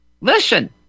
listen